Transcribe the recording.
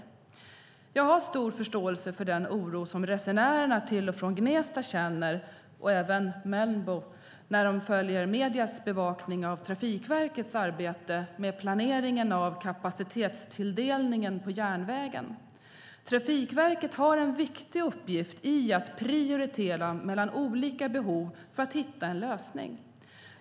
Jag har stor förståelse för den oro som resenärerna till och från Gnesta och även Mölnbo känner när de följer mediernas bevakning av Trafikverkets arbete med planeringen av kapacitetstilldelningen på järnvägen. Trafikverket har en viktig uppgift i att prioritera mellan olika behov för att hitta en lösning.